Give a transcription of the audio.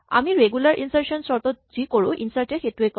আমি regular insertion shirt ত যি কৰো ইনচাৰ্ট এৱো সেইটোৱেই কৰে